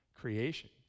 creation